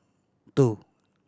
two